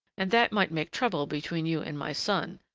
and that might make trouble between you and my son,